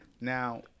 now